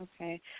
Okay